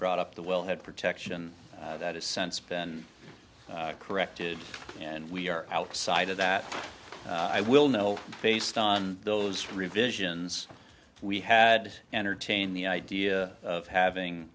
brought up the well head protection that is sense been corrected and we are outside of that i will know based on those revisions we had entertained the idea of having